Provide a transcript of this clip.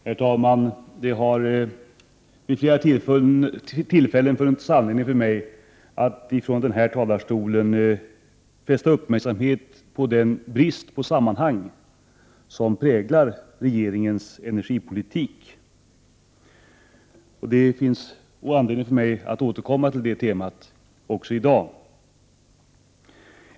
Herr talman! Det har vid flera tillfällen funnits anledning för mig att från denna talarstol fästa uppmärksamheten på den brist på sammanhang som präglar regeringens energipolitik. Det finns anledning för mig att återkomma till det temat också i dag.